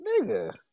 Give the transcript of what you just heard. Nigga